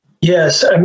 Yes